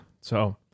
So-